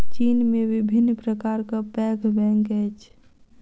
चीन में विभिन्न प्रकारक पैघ बैंक अछि